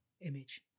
image